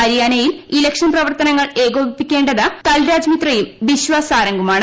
ഹരിയാനയിൽ ഇലക്ഷൻ പ്രവർത്തനങ്ങൾ ഏകോപിപ്പിക്കേണ്ടത് കൽരാജ് മിത്രയും ബിശ്വാസ് സാരംഗുമാണ്